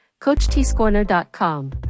CoachTScorner.com